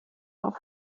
auf